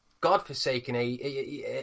godforsaken